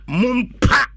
mumpa